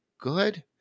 good